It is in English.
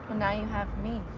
now you have me.